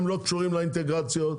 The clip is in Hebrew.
הם לא קשורים לאינטגרציות.